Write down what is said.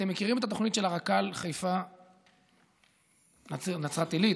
אתם מכירים את התוכנית של הרק"ל חיפה נצרת עילית,